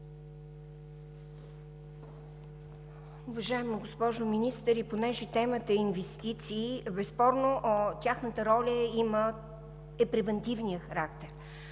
Уважаема госпожо Министър, понеже темата е инвестиции, безспорно тяхната роля е превантивният характер.